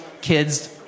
Kids